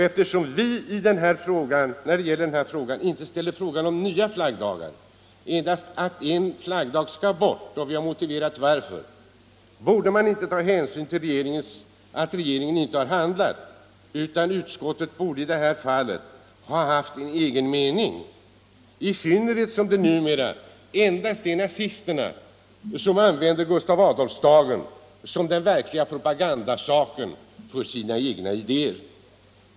Eftersom vi i detta ärende inte ställer förslag om nya flaggdagar, endast att en flaggdag skall bort — och vi har motiverat varför — borde man då inte ta särskild hänsyn till att regeringen inte tidigare har handlat? Utskottet borde i detta fall ha uttryckt en egen uppfattning, i synnerhet som det numera endast är nazisterna som använder Gustav Adolfsdagen som det verkliga propagandamedlet för sina egna idéer.